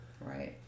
Right